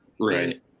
Right